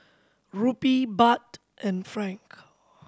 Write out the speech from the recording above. Rupee Baht and Franc